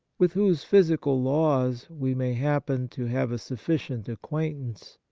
with whose physical laws we may happen to have a sufficient acquaintance.